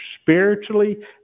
spiritually